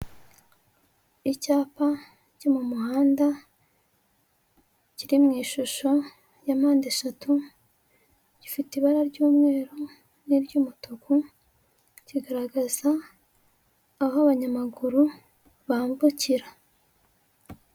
Icyapa cyo mu muhanda, kiri mu ishusho ya mpande eshatu, gifite ibara ry'umweru n'iry'umutuku, kigaragaza aho abanyamaguru bambukira.